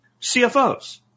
CFOs